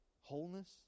wholeness